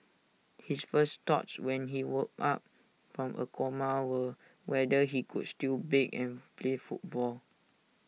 his first thoughts when he woke up from A coma were whether he could still bake and play football